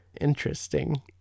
interesting